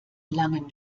langen